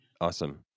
Awesome